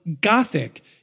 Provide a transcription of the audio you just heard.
Gothic